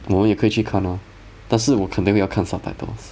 我们也可以去看 lor 但是我肯定要看 subtitles